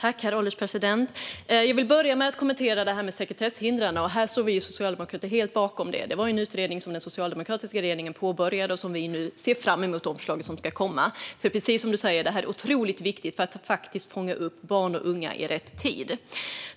Herr ålderspresident! Jag vill börja med att kommentera detta med sekretesshindren. Det står vi socialdemokrater helt bakom. Det var en utredning som den socialdemokratiska regeringen påbörjade och som vi nu ser fram emot ska komma med sina förslag. Precis som justitieministern säger är detta otroligt viktigt för att fånga upp barn och unga i rätt tid.